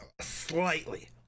slightly